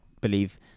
believe